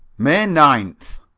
may ninth.